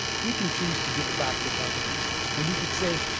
we can choose to give it back to calgarians and we can say,